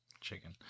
Chicken